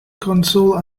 console